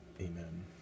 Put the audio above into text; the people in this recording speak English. Amen